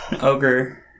Ogre